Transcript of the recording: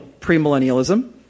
premillennialism